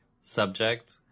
subject